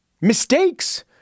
mistakes